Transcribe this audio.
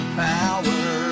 power